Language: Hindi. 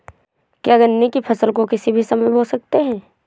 क्या गन्ने की फसल को किसी भी समय बो सकते हैं?